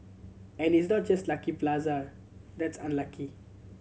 and it's not just Lucky Plaza that's unlucky